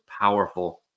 powerful